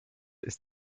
ist